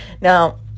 Now